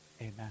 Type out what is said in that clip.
amen